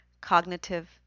Cognitive